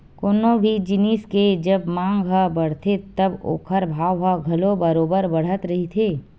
कोनो भी जिनिस के जब मांग ह बड़थे तब ओखर भाव ह घलो बरोबर बड़त रहिथे